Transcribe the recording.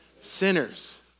sinners